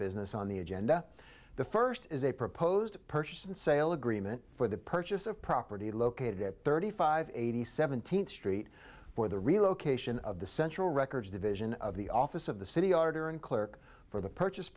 business on the agenda the first is a proposed purchase and sale agreement for the purchase of property located at thirty five eighty seventeenth street for the relocation of the central records division of the office of the city orator and clerk for the purchase